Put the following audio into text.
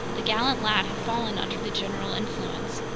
the gallant lad had fallen under the general influence.